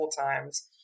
times